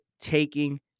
taking